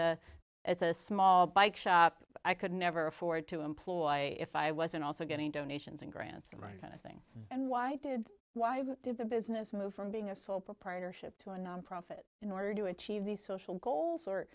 a as a small bike shop i could never afford to employ if i wasn't also getting donations and grants the right kind of thing and why did why did the business move from being a sole proprietorship to a nonprofit in order to achieve these social goals or